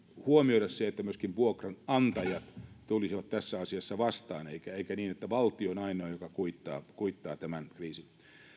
huomioida se että myöskin vuokranantajat tulisivat tässä asiassa vastaan eikä niin että valtio on ainoa joka kuittaa kuittaa tämän kriisin